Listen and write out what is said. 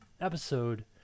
episode